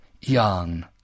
yang